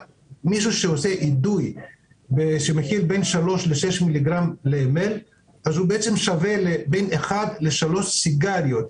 אידוי שמכיל בין 3 ל-6 מיליגרם ל-מ"ל שווה לאחד עד שלוש סיגריות.